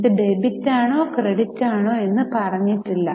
ഇത് ഡെബിറ്റ് ആണോ ക്രെഡിറ്റ് ആണോ എന്ന് പറഞ്ഞിട്ടില്ല